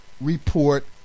Report